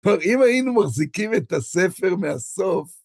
אבל אם היינו מחזיקים את הספר מהסוף.